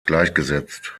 gleichgesetzt